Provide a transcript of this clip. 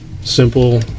simple